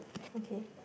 okay